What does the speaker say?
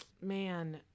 man